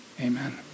Amen